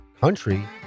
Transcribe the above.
country